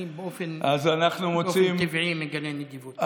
אני באופן טבעי מגלה נדיבות.